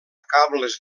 cables